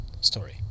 story